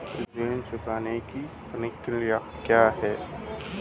ऋण चुकाने की प्रणाली क्या है?